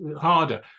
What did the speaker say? harder